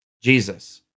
Jesus